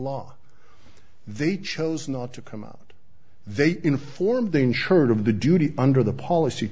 law they chose not to come out they informed the insured of the duty under the policy